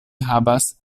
havas